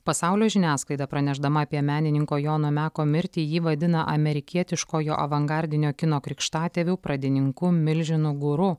pasaulio žiniasklaida pranešdama apie menininko jono meko mirtį jį vadina amerikietiškojo avangardinio kino krikštatėviu pradininku milžinu guru